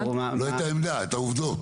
לא את העמדה, את העובדות.